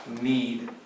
need